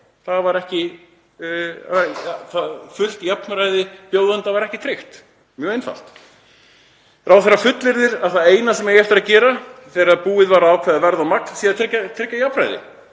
fullt jafnræði bjóðenda var ekki tryggt. Mjög einfalt. Ráðherra fullyrðir að það eina sem átti eftir að gera þegar búið var að ákveða verð og magn hafi verið að tryggja jafnræði,